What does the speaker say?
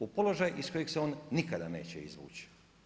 U položaj iz kojeg se on nikada neće izvući.